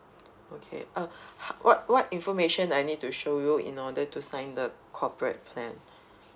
okay uh h~ what what information I need to show you in order to sign the corporate plan